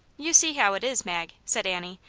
you see how it is, mag, said annie,